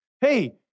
hey